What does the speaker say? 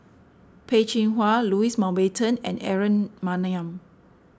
Peh Chin Hua Louis Mountbatten and Aaron Maniam